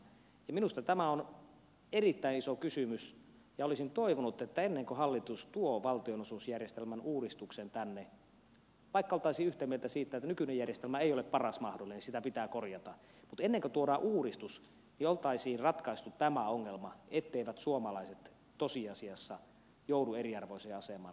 minusta tämä on erittäin iso kysymys ja olisin toivonut että ennen kuin hallitus tuo valtionosuusjärjestelmän uudistuksen tänne vaikka oltaisiin yhtä mieltä siitä että nykyinen järjestelmä ei ole paras mahdollinen sitä pitää korjata niin oltaisiin ratkaistu tämä ongelma etteivät suomalaiset tosiasiassa joudu eriarvoiseen asemaan